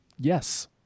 Yes